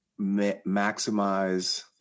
maximize